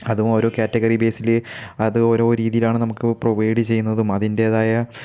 അതും ഓരോ കാറ്റഗറി ബേസിൽ അത് ഓരോ രീതിയിലാണ് നമുക്ക് പ്രൊവൈഡ് ചെയ്യുന്നതും അതിൻറ്റേതായ